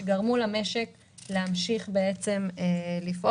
גרמו למשק להמשיך לפעול,